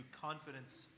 confidence